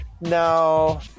no